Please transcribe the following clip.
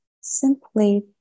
simply